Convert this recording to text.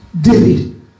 David